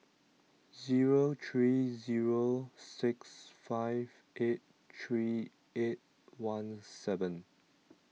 zero three zero six five eight three eight one seven